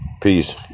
Peace